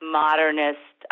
modernist